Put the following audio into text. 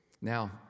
now